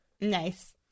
Nice